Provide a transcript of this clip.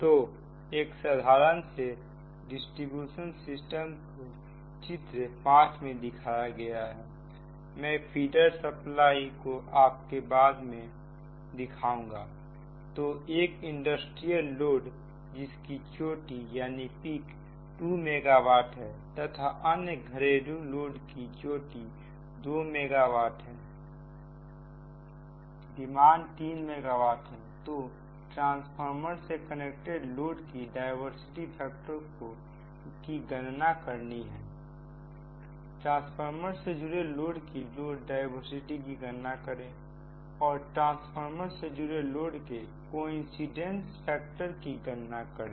तो एक साधारण से डिस्ट्रीब्यूशन सिस्टम को चित्र 5 में दिखाया गया है मैं फीडर सप्लाई को आपको बाद में दिखाऊंगा तो एक इंडस्ट्रियल लोड जिसकी चोटी 2 मेगा वाट है तथा अन्य घरेलू लोड की चोटी 2 मेगा वाट है और संयोजित चोटी डिमांड 3 मेगावाट है तो a ट्रांसफार्मर से कनेक्टेड लोड की डायवर्सिटी फैक्टर की गणना करें b ट्रांसफार्मर से जुड़े लोड की लोड डायवर्सिटी की गणना करें c और ट्रांसफार्मर से जुड़े लोड के कोइंसिडेंस फैक्टर की गणना करें